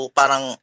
parang